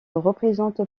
représente